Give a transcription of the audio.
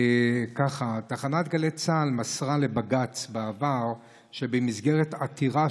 ככה: תחנת גלי צה"ל מסרה לבג"ץ בעבר שבמסגרת עתירה